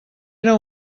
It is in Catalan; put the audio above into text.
era